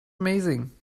amazing